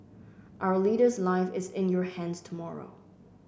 our leader's life is in your hands tomorrow